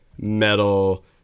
metal